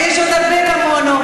ויש עוד הרבה כמונו.